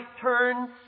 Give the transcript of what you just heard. turns